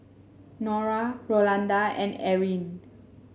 Nora Rolanda and Erin